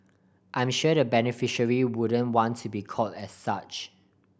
I'm sure the beneficiary wouldn't want to be called as such